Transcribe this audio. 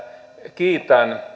kiitän